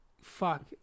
Fuck